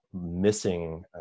missing